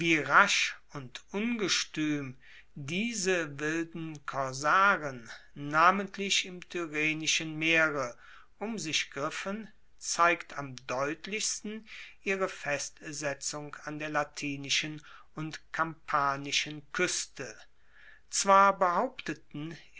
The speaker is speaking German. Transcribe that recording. rasch und ungestuem diese wilden korsaren namentlich im tyrrhenischen meere um sich griffen zeigt am deutlichsten ihre festsetzung an der latinischen und kampanischen kueste zwar behaupteten